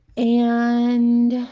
and